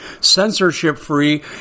censorship-free